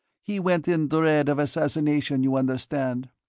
he went in dread of assassination, you understand?